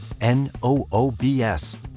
n-o-o-b-s